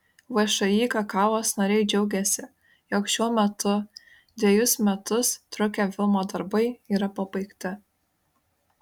všį kakavos nariai džiaugiasi jog šiuo metu dvejus metus trukę filmo darbai yra pabaigti